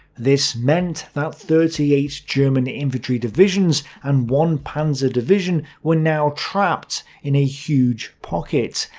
this meant that thirty eight german infantry divisions and one panzer division were now trapped in a huge pocket,